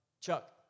Chuck